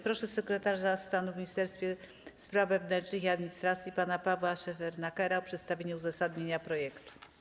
Proszę sekretarza stanu w Ministerstwie Spraw Wewnętrznych i Administracji pana Pawła Szefernakera o przedstawienie uzasadnienia projektu.